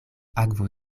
akvo